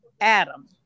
Adam